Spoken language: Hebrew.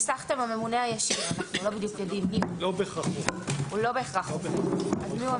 לא בהכרח רופא.